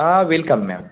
हां welcome ma'am